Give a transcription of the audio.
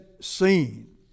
seen